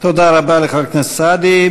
תודה רבה לחבר הכנסת סעדי.